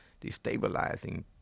destabilizing